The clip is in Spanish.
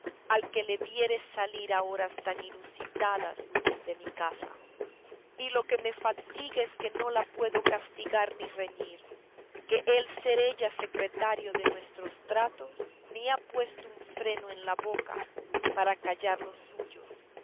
al que le viere salir a horas tan inusitadas de mi casa y lo que me fatiga es que no la puedo castigar ni reñir que el ser ella secretario de nuestros tratos me ha puesto un freno en la boca para callar los suyos